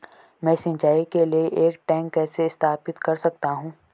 मैं सिंचाई के लिए एक टैंक कैसे स्थापित कर सकता हूँ?